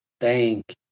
Thank